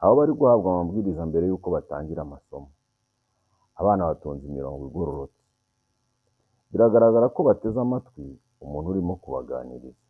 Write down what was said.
aho bari guhabwa amabwiriza mbere y'uko batangira amasomo, abana batonze imirongo igororotse, biragaragara ko bateze amatwi umuntu urimo kubaganiriza.